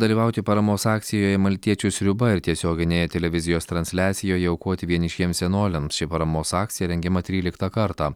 dalyvauti paramos akcijoje maltiečių sriuba ir tiesioginėje televizijos transliacijoje aukoti vienišiems senoliams ši paramos akcija rengiama tryliktą kartą